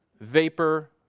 vapor